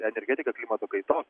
energetika klimato kaitos